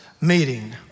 meeting